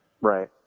Right